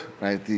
right